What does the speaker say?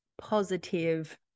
positive